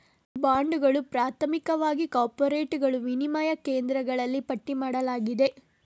ಬಾಂಡುಗಳು, ಪ್ರಾಥಮಿಕವಾಗಿ ಕಾರ್ಪೊರೇಟುಗಳು, ವಿನಿಮಯ ಕೇಂದ್ರಗಳಲ್ಲಿ ಪಟ್ಟಿ ಮಾಡಲಾಗಿದೆ